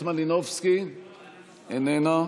מלינובסקי, איננה,